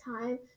time